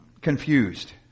confused